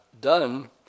done